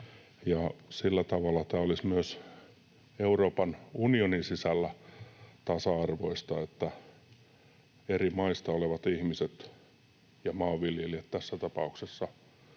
Sillä tavalla tämä olisi myös Euroopan unionin sisällä tasa-arvoista, että eri maista olevat ihmiset, maanviljelijät tässä tapauksessa,